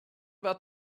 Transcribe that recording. about